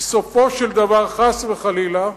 כי סופו של דבר, חס וחלילה,